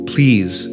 Please